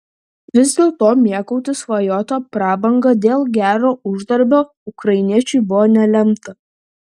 vis dėlto mėgautis svajota prabanga dėl gero uždarbio ukrainiečiui buvo nelemta